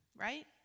Right